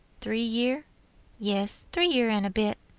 three year yes, three year and a bit.